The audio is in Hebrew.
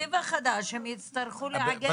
בתקציב החדש הם יצטרכו לעגן את זה.